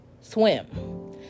swim